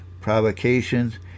provocations